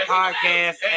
podcast